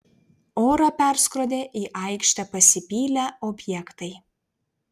orą perskrodė į aikštę pasipylę objektai